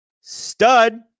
stud